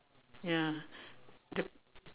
ya the